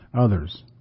others